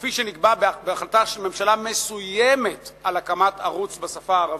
כפי שנקבע בהחלטה של ממשלה מסוימת על הקמת ערוץ בשפה הערבית.